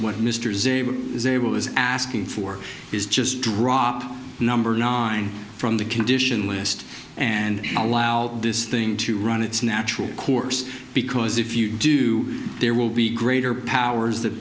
zabel is able is asking for is just drop number nine from the condition list and allow this thing to run its natural course because if you do there will be greater powers that